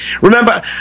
Remember